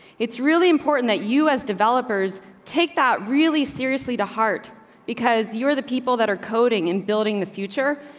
it's really important that us developers take that really seriously to heart because you're the people that are coding in building the future.